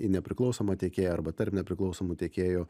į nepriklausomą tiekėją arba tarp nepriklausomų tiekėjų